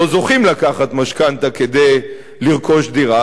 לא זוכים לקחת משכנתה כדי לרכוש דירה,